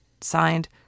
Signed